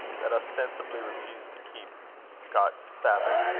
that obstinately refused to keep scotch sabbath,